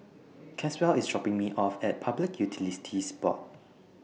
Caswell IS dropping Me off At Public Utilities Board